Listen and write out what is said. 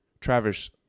Travis